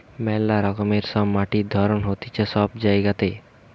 মেলা রকমের সব মাটির ধরণ হতিছে সব জায়গাতে